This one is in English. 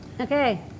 Okay